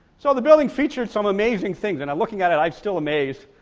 so the building featured some amazing things and i'm looking at it i'm still amazed,